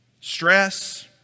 stress